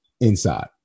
inside